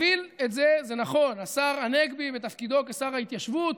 הוביל את זה השר הנגבי בתפקידו כשר ההתיישבות.